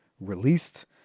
released